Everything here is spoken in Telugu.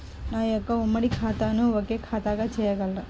నా యొక్క ఉమ్మడి ఖాతాను ఒకే ఖాతాగా చేయగలరా?